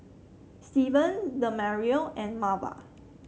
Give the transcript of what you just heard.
Steven Demario and Marva